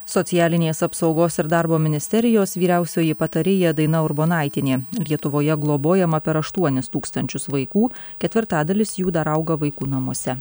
socialinės apsaugos ir darbo ministerijos vyriausioji patarėja daina urbonaitienė lietuvoje globojama per aštuonis tūkstančius vaikų ketvirtadalis jų dar auga vaikų namuose